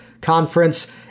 conference